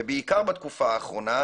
ובעיקר בתקופה האחרונה,